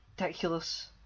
ridiculous